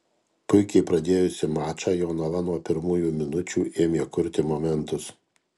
puikiai pradėjusi mačą jonava nuo pirmųjų minučių ėmė kurti momentus